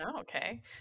Okay